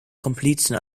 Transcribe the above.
komplizen